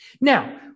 Now